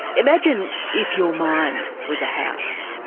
imagine if your mind was a house,